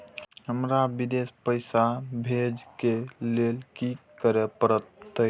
हमरा विदेश पैसा भेज के लेल की करे परते?